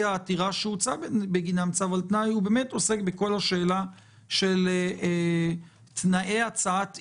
העתירה שהוצא בגינם צו על תנאי עוסק בכל השאלה של תנאי הצעת אי-אמון,